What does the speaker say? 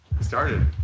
started